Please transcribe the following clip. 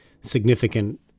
significant